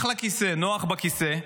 אחלה כיסא, נוח בכיסא,